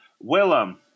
Willem